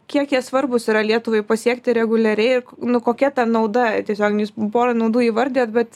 kiek jie svarbūs yra lietuvai pasiekti reguliariai nu kokia ta nauda tiesiog jūs porą naudų įvardijot bet